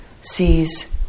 sees